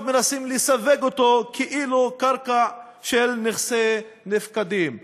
מנסים לסווג אותו כקרקע של נכסי נפקדים.